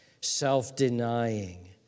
self-denying